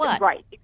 right